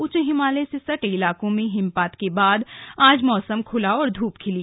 उच्च हिमालय से सटे इलाके में हिमपात के बाद आज मौसम खुला और ध्रप खिली